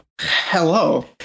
Hello